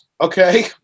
Okay